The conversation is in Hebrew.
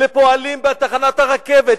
לפועלים בתחנת הרכבת,